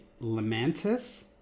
lamentus